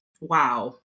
Wow